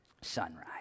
sunrise